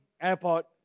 Airport